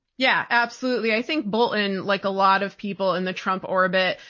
yeah, absolutely. i think bolton, like a lot of people in the trump orbit,